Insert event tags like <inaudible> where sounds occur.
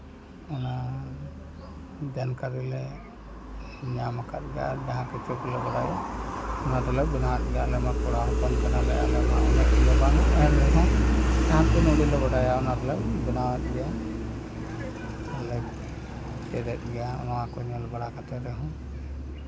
ᱚᱱᱟ <unintelligible> ᱧᱟᱢ ᱟᱠᱟᱫ ᱜᱮᱭᱟ <unintelligible> <unintelligible> ᱡᱟᱦᱟᱸ ᱠᱚᱞᱮ ᱵᱟᱲᱟᱭᱟ ᱚᱱᱟ ᱠᱚᱞᱮ ᱵᱮᱱᱟᱣ ᱜᱮᱭᱟ ᱟᱞᱮ <unintelligible> ᱱᱚᱣᱟ ᱠᱚ ᱧᱮᱞ ᱠᱟᱛᱮᱫ ᱨᱮᱦᱚᱸ